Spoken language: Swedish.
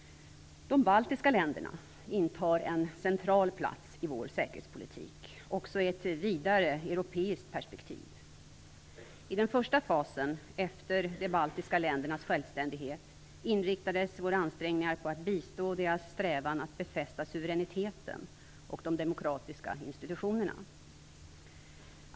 De baltiska länderna intar en central plats i vår säkerhetspolitik, också i ett vidare europeiskt perspektiv. I den första fasen efter de baltiska ländernas självständighet inriktades våra ansträngningar på att bistå deras strävan att befästa suveräniteten och de demokratiska institutionerna.